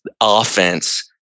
offense